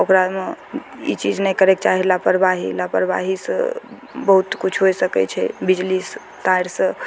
ओकरामे ई चीज नहि करयके चाही लापरवाही लापरवाहीसँ बहुत किछु होइ सकय छै बिजली तारसँ